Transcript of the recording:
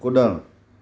कुॾणु